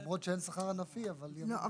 למרות שאין שכר ענפי אבל --- לא,